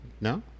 No